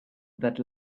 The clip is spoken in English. that